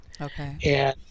Okay